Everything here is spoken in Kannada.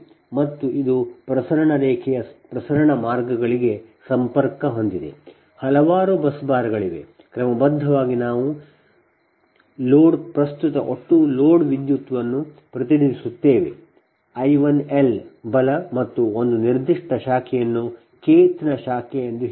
ಮತ್ತು ಇದು ಪ್ರಸರಣ ರೇಖೆಯ ಪ್ರಸರಣ ಮಾರ್ಗಗಳಿಗೆ ಸಂಪರ್ಕ ಹೊಂದಿದೆ ಹಲವಾರು ಬಸ್ ಬಾರ್ಗಳಿವೆ ಕ್ರಮಬದ್ಧವಾಗಿ ನಾವು ಲೋಡ್ ಪ್ರಸ್ತುತ ಒಟ್ಟು ಲೋಡ್ ವಿದ್ಯುತ್ ಅನ್ನು ಪ್ರತಿನಿಧಿಸುತ್ತಿದ್ದೇವೆ I L ಬಲ ಮತ್ತು ಒಂದು ನಿರ್ದಿಷ್ಟ ಶಾಖೆಯನ್ನು Kth ನೇ ಶಾಖೆ ಎಂದು ಹೇಳಿ